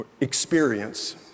Experience